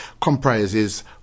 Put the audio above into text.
comprises